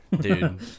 dude